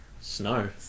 Snow